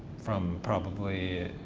from probably,